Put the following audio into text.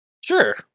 sure